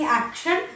action